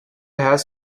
has